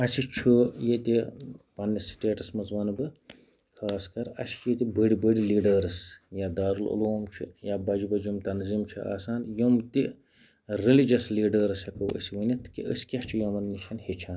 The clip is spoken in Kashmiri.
اَسہِ چھُ ییٚتہِ پَننِس سٹیٹَس مَنٛز وَنہٕ بہٕ خاص کَر اَسہِ چھِ ییٚتہِ بٔڑۍ بٔڑۍ لیٖڈٲرٕس یا دارُلعلوم چھُ یا بَجہِ بَجہِ یِم تَنظیٖم چھِ آسان یِم تہِ رٮ۪لِجَس لیٖڈٲرٕس ہیٚکو أسۍ ؤنِتھ کہِ أسۍ کیاہ چھِ یِمَن نِشَن ہیٚچھان